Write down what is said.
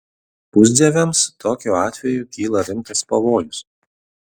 pusdieviams tokiu atveju kyla rimtas pavojus